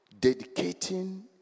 dedicating